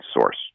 Source